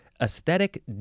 Aesthetic